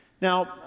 Now